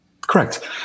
Correct